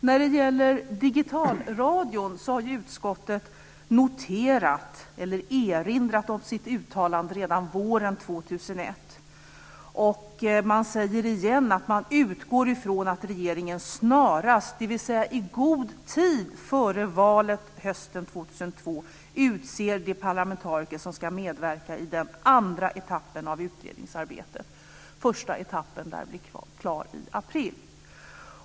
När det gäller digitalradion har utskottet erinrat om sitt uttalande redan våren 2001. Man säger igen att man utgår ifrån att regeringen snarast, dvs. i god tid före valet hösten 2002, utser de parlamentariker som ska medverka i den andra etappen av utredningsarbetet. Första etappen lär bli klar i april.